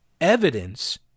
evidence